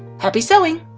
happy sewing!